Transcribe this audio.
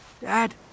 Dad